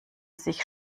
sich